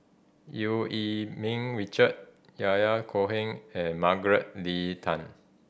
Eu Yee Ming Richard Yahya Cohen and Margaret Leng Tan